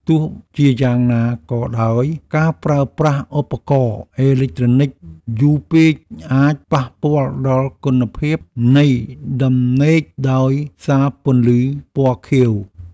ទោះជាយ៉ាងណាក៏ដោយការប្រើប្រាស់ឧបករណ៍អេឡិចត្រូនិកយូរពេកអាចប៉ះពាល់ដល់គុណភាពនៃដំណេកដោយសារពន្លឺពណ៌ខៀវ។